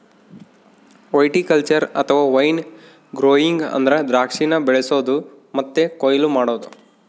viticulture ಅಥವಾ wine growing ಅಂದ್ರ ದ್ರಾಕ್ಷಿನ ಬೆಳಿಸೊದು ಮತ್ತೆ ಕೊಯ್ಲು ಮಾಡೊದು